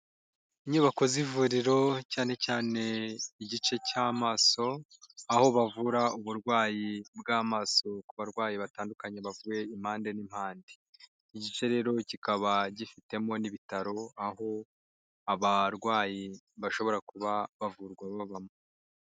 Inyubako z'ivuriro cyane cyane igice cy'amaso aho bavura uburwayi bw'amaso ku barwayi batandukanye bavuye impande n'impande, igice rero kikaba gifitemo n'ibitaro aho abarwayi bashobora kuba bavurwa babamo.